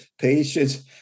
Patience